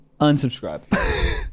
unsubscribe